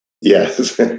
yes